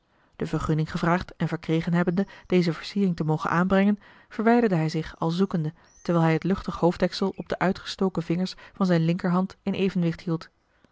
de vergunning gevraagd en verkregen hebbende deze versiering te mogen aanbrengen verwijderde hij zich al zoekende terwijl hij het luchtig hoofddeksel op de uitgestoken vingers van zijn linkerhand in evenwicht hield